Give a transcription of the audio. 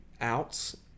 outs